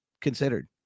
considered